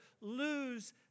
lose